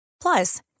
Plus